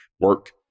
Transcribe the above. Work